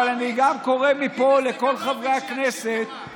אבל אני גם קורא מפה לכל חברי הכנסת,